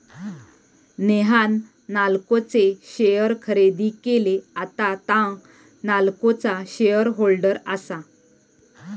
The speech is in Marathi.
नेहान नाल्को चे शेअर खरेदी केले, आता तां नाल्कोचा शेअर होल्डर आसा